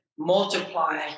multiply